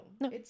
no